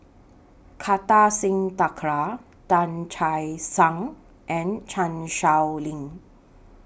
Kartar Singh Thakral Tan Che Sang and Chan Sow Lin